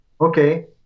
Okay